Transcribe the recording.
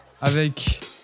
avec